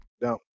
No